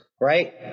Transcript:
Right